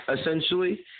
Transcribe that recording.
essentially